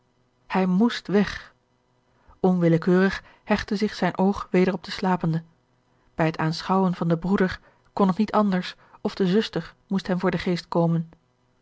hij moest weg onwillekeurig hechtte zich zijn oog weder op den slapende bij het aanschouwen van den broeder kon het niet anders of de zuster moest hem voor den geest komen